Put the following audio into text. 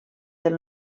del